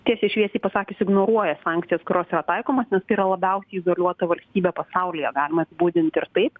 tiesiai šviesiai pasakius ignoruoja sankcijas kurios yra taikomos nes tai yra labiausiai izoliuota valstybė pasaulyje galime apibūdinti taip